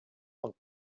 und